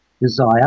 desire